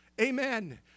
Amen